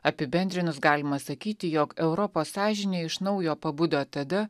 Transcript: apibendrinus galima sakyti jog europos sąžinė iš naujo pabudo tada